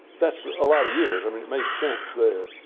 that's a lot of years. i mean it made sense there.